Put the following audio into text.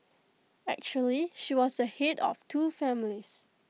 actually she was the Head of two families